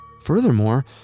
Furthermore